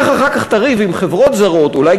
לך אחר כך תריב עם חברות זרות ואולי